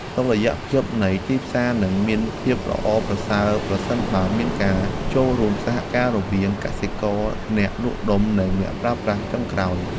តុល្យភាពនៃទីផ្សារនឹងមានភាពល្អប្រសើរប្រសិនបើមានការចូលរួមសហការរវាងកសិករ អ្នកលក់ដុំ និងអ្នកប្រើប្រាស់ចុងក្រោយ។